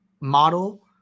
model